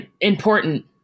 important